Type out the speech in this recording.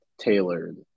tailored